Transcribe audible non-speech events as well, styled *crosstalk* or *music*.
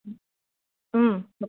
*unintelligible*